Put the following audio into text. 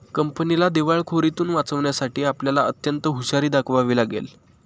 कंपनीला दिवाळखोरीतुन वाचवण्यासाठी आपल्याला अत्यंत हुशारी दाखवावी लागेल